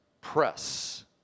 press